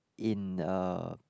in a